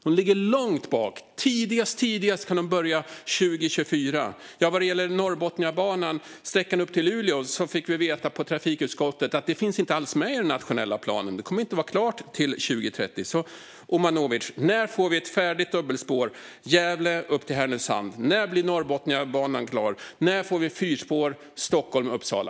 De ligger långt bak; de kan börja allra tidigast 2024. Vad gäller Norrbotniabanan och sträckan upp till Luleå fick vi veta i trafikutskottet att den inte alls finns med i den nationella planen. Det kommer inte att vara klart till 2030. När, Omanovic, får vi ett färdigt dubbelspår från Gävle upp till Härnösand? När blir Norrbotniabanan klar? När får vi fyrspår mellan Stockholm och Uppsala?